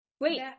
Wait